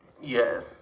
yes